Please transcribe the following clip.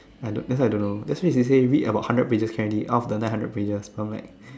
I don't that why I don't know let say you say read about hundred pages can already out of the nine hundred pages I am like